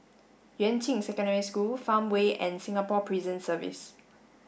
Yuan Ching Secondary School Farmway and Singapore Prison Service